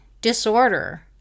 disorder